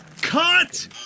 Cut